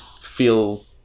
feel